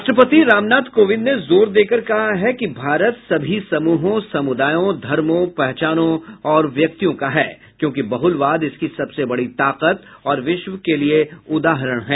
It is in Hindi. राष्ट्रपति रामनाथ कोविंद ने जोर देकर कहा है कि भारत सभी समूहों समुदायों धर्मों पहचानों और व्यक्तियों का है क्योंकि बहुलवाद इसकी सबसे बड़ी ताकत और विश्व के लिए उदाहरण है